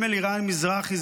אם אלירן מזרחי,